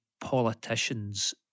politicians